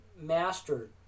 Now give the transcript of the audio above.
mastered